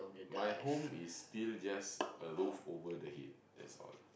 my home is still just a roof over the head that's all